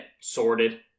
sorted